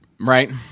Right